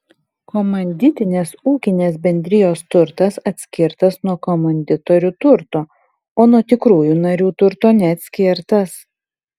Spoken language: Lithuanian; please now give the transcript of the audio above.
komanditinės ūkinės bendrijos turtas atskirtas nuo komanditorių turto o nuo tikrųjų narių turto neatskirtas